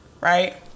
right